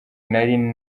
nari